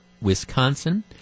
Wisconsin